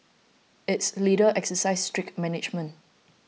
its leaders exercise strict management